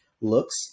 looks